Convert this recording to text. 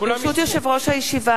יושב-ראש הישיבה,